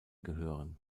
gehören